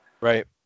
Right